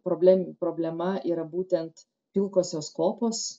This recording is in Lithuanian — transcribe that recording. problema problema yra būtent pilkosios kopos